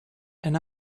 and